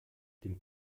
dem